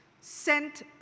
sent